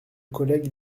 collègues